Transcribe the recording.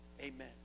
Amen